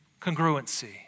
congruency